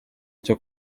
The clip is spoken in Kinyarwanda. cyo